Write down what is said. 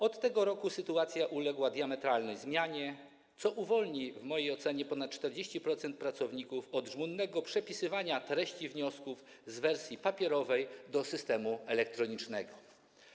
Od tego roku sytuacja uległa diametralnej zmianie, co uwolni w mojej ocenie ponad 40% pracowników od żmudnego przepisywania treści wniosków w wersji papierowej do systemu elektronicznego.